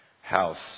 house